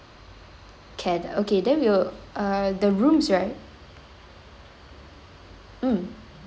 can okay then we'll uh the rooms right mm